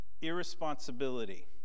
irresponsibility